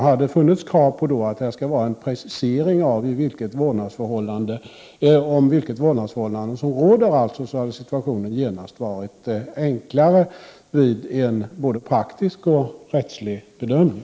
Hade det då funnits krav på en precisering av det vårdnadsförhållande som råder hade situationen genast varit enklare, både vid en praktisk och vid en rättslig bedömning.